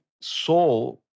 soul